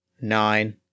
Nine